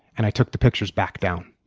and i took the pictures back down.